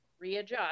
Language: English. readjust